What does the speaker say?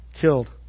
killed